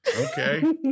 Okay